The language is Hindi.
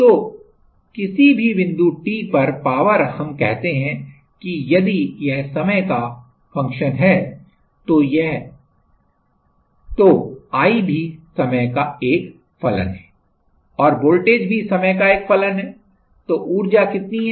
तो किसी भी बिंदु t पर पावर हम कहते हैं कि यदि यह समय का फलन है तो i भी समय का एक फलन है और वोल्टेज भी समय का एक फलन है तो ऊर्जा कितनी है